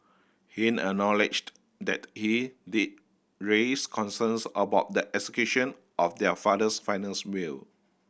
he acknowledged that he did raise concerns about the execution of their father's finals will